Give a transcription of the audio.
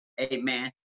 Amen